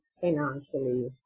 financially